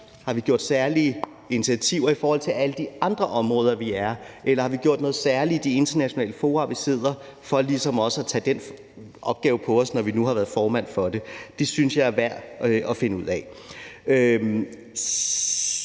har vi taget nogle særlige initiativer i forhold til alle de andre områder, vi er i, eller har vi gjort noget særligt i de internationale fora, vi sidder i, for ligesom også at tage den opgave på os, når vi nu har været formand for det? Det synes jeg er værd at finde ud af.